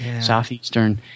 Southeastern